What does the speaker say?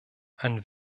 ein